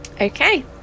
okay